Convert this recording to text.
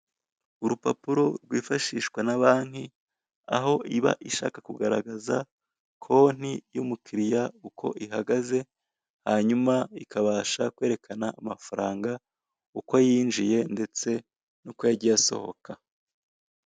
Urupapuro rwifashishwa na banki aho iba ishaka kugaragaza konti y'umukiriya uko ihagaze hanyuma ikabasha kwerekana amafaranga uko yinjiye ndetse n'uko yagiye asohoka.